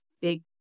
big